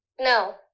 No